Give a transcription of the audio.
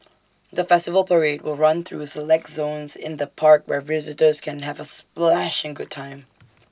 the festival parade will run through select zones in the park where visitors can have A splashing good time